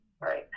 right